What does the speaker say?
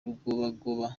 rugobagoba